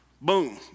Boom